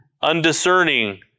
undiscerning